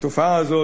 התופעה הזאת,